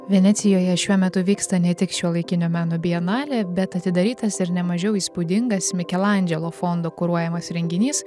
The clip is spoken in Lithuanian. venecijoje šiuo metu vyksta ne tik šiuolaikinio meno bienalė bet atidarytas ir ne mažiau įspūdingas mikelandželo fondo kuruojamas renginys